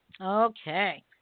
Okay